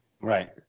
Right